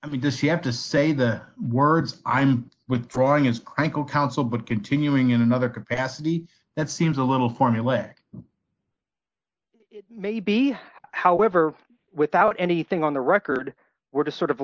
i mean does he have to say the words i'm withdrawing and crinkle counsel but continuing in another capacity that seems a little formulaic maybe however without anything on the record we're just sort of